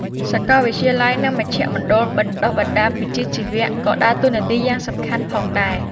សាកលវិទ្យាល័យ និងមជ្ឈមណ្ឌលបណ្តុះបណ្តាលវិជ្ជាជីវៈក៏ដើរតួនាទីយ៉ាងសំខាន់ផងដែរ។